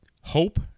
Hope